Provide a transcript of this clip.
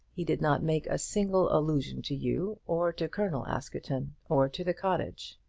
he did not make a single allusion to you, or to colonel askerton, or to the cottage.